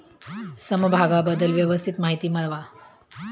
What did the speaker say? समभागाबद्दल व्यवस्थित माहिती मिळवा